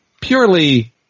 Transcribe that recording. purely